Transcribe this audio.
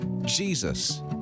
JESUS